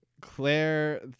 Claire